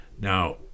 Now